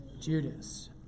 Judas